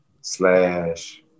slash